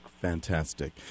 Fantastic